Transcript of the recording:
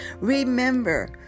remember